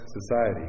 society